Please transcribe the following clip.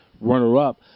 runner-up